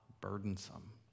burdensome